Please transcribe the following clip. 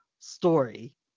Story